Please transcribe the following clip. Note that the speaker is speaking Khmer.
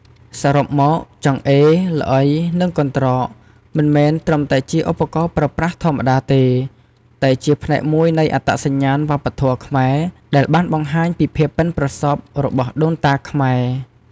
សរុបមក ចង្អេរ ល្អី និងកន្រ្តក មិនមែនត្រឹមតែជាឧបករណ៍ប្រើប្រាស់ធម្មតាទេ តែជាផ្នែកមួយនៃអត្តសញ្ញាណវប្បធម៌ខ្មែរ ដែលបានបង្ហាញពីភាពប៉ិនប្រសប់របស់ដូនតាខ្មែរ។